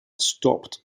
stopped